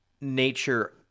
nature